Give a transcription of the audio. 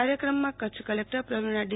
કાર્યક્રમમાં કચ્છ કલેક્ટરપ્રવિણા ડી